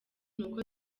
nuko